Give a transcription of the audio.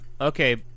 Okay